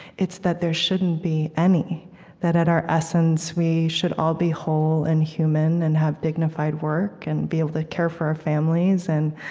it's that there shouldn't be any that, at our essence, we should all be whole and human and have dignified work and be able to care for our families. and